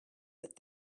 but